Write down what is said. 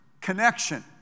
connection